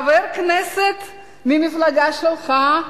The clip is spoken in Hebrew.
חבר כנסת מהמפלגה שלך,